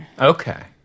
Okay